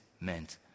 meant